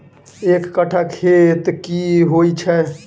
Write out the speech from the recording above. एक कट्ठा खेत की होइ छै?